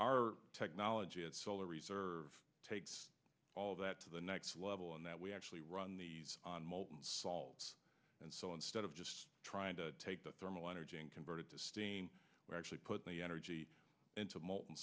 our technology as solar reserve takes all that to the next level and that we actually run the ball and so instead of just trying to take the thermal energy and converted to steam we actually put the energy into molten